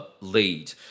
lead